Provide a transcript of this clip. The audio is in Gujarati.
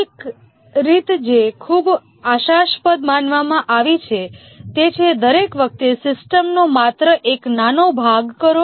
એક રીત જે ખૂબ આશાસ્પદ માનવામાં આવી છે તે છે કે દરેક વખતે સિસ્ટમનો માત્ર એક નાનો ભાગ કરો